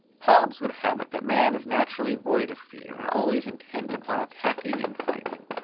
hobbes would have it that man is naturally void of fear, and always intent upon attacking and fighting.